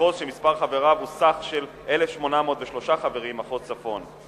למחוז שמספר חבריו הוא 1,803 חברים, מחוז צפון.